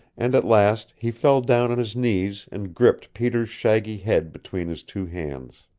and at last he fell down on his knees and gripped peter's shaggy head between his two hands.